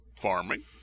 farming